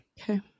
Okay